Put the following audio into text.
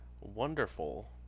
wonderful